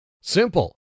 Simple